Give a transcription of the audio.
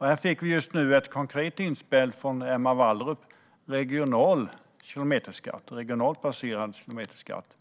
Här fick vi just nu ett konkret inspel från Emma Wallrup om en regionalt baserad kilometerskatt.